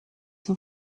san